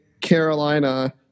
Carolina